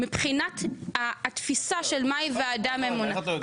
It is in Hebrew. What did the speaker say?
מבחינת התפיסה של מהי ועדה ממונה --- איך אתה יודע?